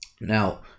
now